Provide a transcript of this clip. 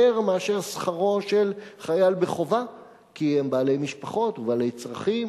מאשר שכרו של חייל בחובה כי הם בעלי משפחות ובעלי צרכים,